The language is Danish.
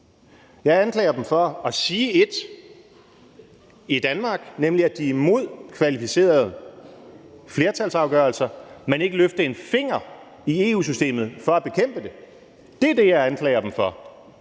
Jeg anklager dem for at sige ét i Danmark, nemlig at de er imod kvalificerede flertalsafgørelser, men ikke løfter en finger i EU-systemet for at bekæmpe det. Det er det, jeg anklager dem for.